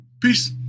Peace